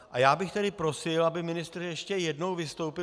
A já bych tedy prosil, aby ministr ještě jednou vystoupil.